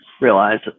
realize